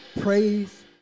praise